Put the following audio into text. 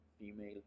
female